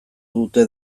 dute